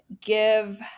give